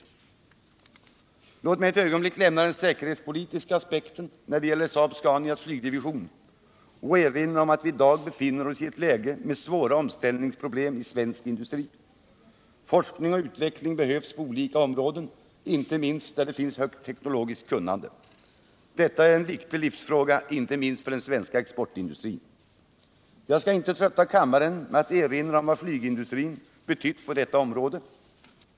Försvarspolitiken, Låt mig ett ögonblick lämna den säkerhetspolitiska aspekten när det gäller Saab-Scanias flygdivision och erinra om att vi i dag befinner oss i ett läge med svåra omställningsproblem i svensk industri. Forskning och utveckling behövs på olika områden, inte minst där det finns högt teknologiskt kunnande. Detta är en verklig livsfråga, inte minst för svensk exportindustri. Jag skall inte trötta kammaren med att erinra om vad flygindustrin betytt på detta område.